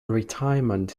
retirement